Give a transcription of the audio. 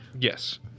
Yes